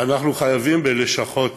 אנחנו חייבים בלשכות